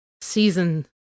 season